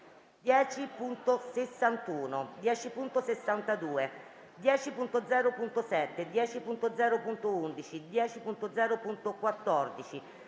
10.61, 10.62, 10.0.7, 10.0.11, 10.0.14,